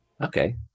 okay